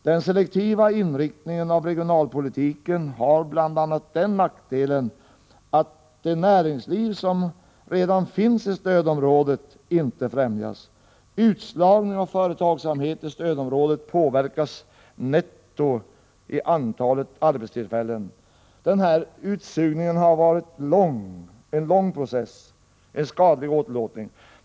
Den selektiva inriktningen av regionalpolitiken har bl.a. den nackdelen att det näringsliv som redan finns i stödområdet inte främjas. Utslagning av företagsamhet i stödområdet påverkar nettot i antalet arbetstillfällen.” Utsugningen har varit en lång process, en skadlig åderlåtning.